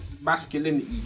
masculinity